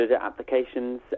applications